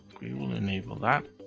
we will enable that.